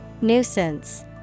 Nuisance